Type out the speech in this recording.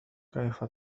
كيف